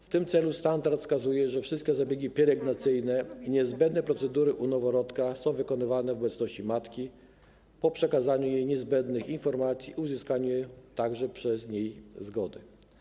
W tym celu standard wskazuje, że wszystkie zabiegi pielęgnacyjne, niezbędne procedury u noworodka są wykonywane w obecności matki, po przekazaniu jej niezbędnych informacji, także po uzyskaniu jej zgody.